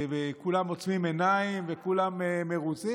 כולם עוצמים עיניים וכולם מרוצים,